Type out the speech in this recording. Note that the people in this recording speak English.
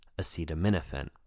acetaminophen